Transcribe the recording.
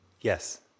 Yes